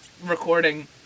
recording